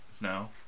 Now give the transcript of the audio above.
No